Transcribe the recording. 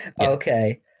Okay